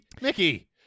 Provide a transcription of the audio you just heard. Mickey